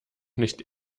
nicht